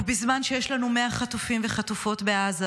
ובזמן שיש לנו 100 חטופים וחטופות בעזה,